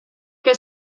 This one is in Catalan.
que